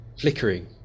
flickering